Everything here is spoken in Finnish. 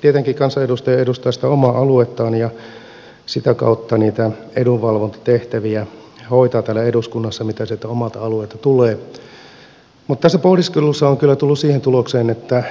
tietenkin kansanedustaja edustaa sitä omaa aluettaan ja sitä kautta hoitaa täällä eduskunnassa niitä edunvalvontatehtäviä mitä siltä omalta alueelta tulee mutta tässä pohdiskelussa olen kyllä tullut siihen tulokseen että